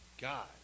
God